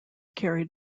carried